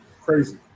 Crazy